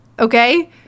Okay